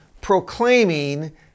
proclaiming